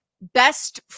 best